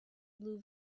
blue